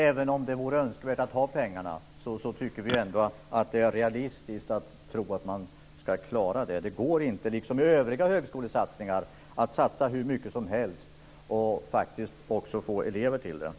Även om det vore önskvärt att ha pengarna tycker vi ändå att det är realistiskt att tro att man kan klara detta. Man kan inte utöver övriga högskolesatsningar skjuta till hur mycket som helst och räkna med att få elever till detta.